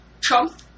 Trump